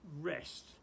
rest